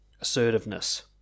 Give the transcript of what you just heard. assertiveness